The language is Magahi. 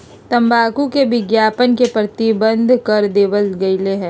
तंबाकू के विज्ञापन के प्रतिबंध कर देवल गयले है